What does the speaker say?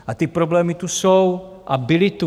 A ty problémy tu jsou a byly tu.